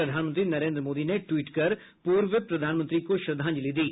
प्रधानमंत्री नरेन्द्र मोदी ने ट्वीट कर पूर्व प्रधानमंत्री को श्रद्धांजलि दी